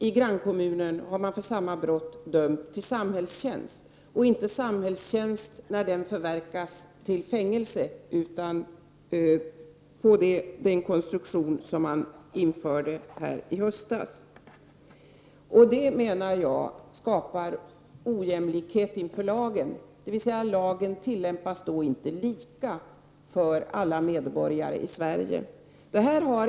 I grannkommunen har man för exakt samma brott dömt till samhällstjänst, och när möjligheten till samhällstjänst förverkats har man inte dömt till fängelse utan tillämpat den konstruktion som infördes här i höstas. Jag menar att detta skapar ojämlikhet inför lagen, eftersom lagen då inte tillämpas lika för alla medborgare i Sverige.